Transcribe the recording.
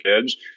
kids